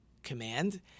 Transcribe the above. command